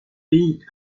pays